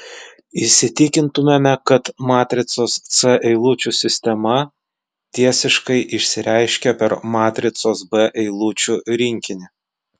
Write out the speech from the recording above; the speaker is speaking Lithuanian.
įsitikintumėme kad matricos c eilučių sistema tiesiškai išsireiškia per matricos b eilučių rinkinį